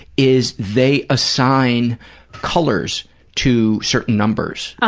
is they assign colors to certain numbers. ah